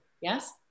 Yes